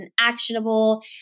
actionable